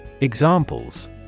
Examples